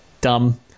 dumb